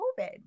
COVID